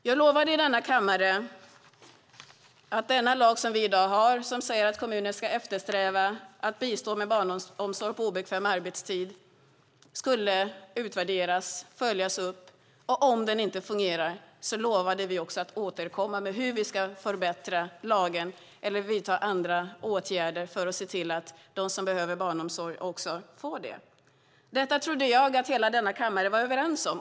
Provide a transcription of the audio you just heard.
Jag lovade i denna kammare att den lag som vi i dag har och som säger att kommuner ska eftersträva att bistå med barnomsorg på obekväm arbetstid skulle utvärderas och följas upp. Om det inte skulle fungera lovade vi att återkomma med hur vi ska förbättra lagen eller vidta andra åtgärder för att se till att de som behöver barnomsorg också får det. Detta trodde jag att hela denna kammare var överens om.